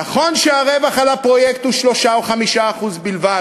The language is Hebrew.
נכון שהרווח על הפרויקט הוא 3% או 5% בלבד.